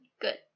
Good